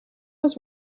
was